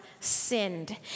sinned